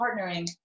partnering